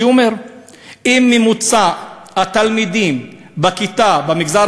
שאומר שאם ממוצע התלמידים בכיתה במגזר